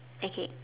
okay